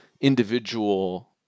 individual